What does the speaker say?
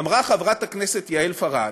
אמרה חברת הכנסת יעל פארן,